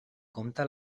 compte